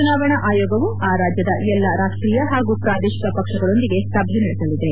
ಚುನಾವಣಾ ಆಯೋಗವು ಆ ರಾಜ್ಯದ ಎಲ್ಲಾ ರಾಷ್ಟೀಯ ಹಾಗೂ ಪ್ರಾದೇಶಿಕ ಪಕ್ಷಗಳೊಂದಿಗೆ ಸಭೆ ನಡೆಸಲಿದೆ